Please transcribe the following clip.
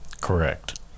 Correct